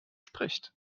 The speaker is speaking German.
spricht